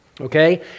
Okay